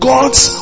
God's